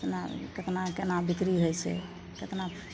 ओना कतना कोना बिक्री होइ छै कतना